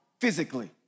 physically